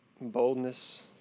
boldness